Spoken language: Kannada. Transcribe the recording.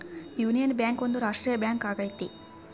ಯೂನಿಯನ್ ಬ್ಯಾಂಕ್ ಒಂದು ರಾಷ್ಟ್ರೀಯ ಬ್ಯಾಂಕ್ ಆಗೈತಿ